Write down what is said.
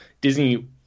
Disney